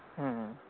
ᱦᱮᱸ